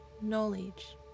knowledge